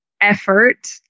effort